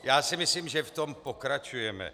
Já si myslím, že v tom pokračujeme.